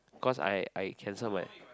cause I I cancel my